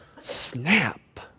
Snap